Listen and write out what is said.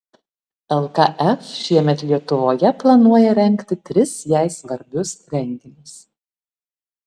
lkf šiemet lietuvoje planuoja rengti tris jai svarbius renginius